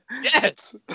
yes